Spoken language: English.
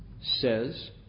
says